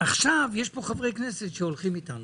ועכשיו יש כאן חברי כנסת שהולכים איתנו.